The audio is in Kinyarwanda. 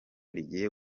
rigiye